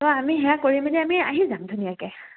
ত' আমি সেয়া কৰি মেলি আমি আহি যাম ধুনীয়াকৈ